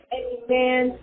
amen